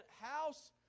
house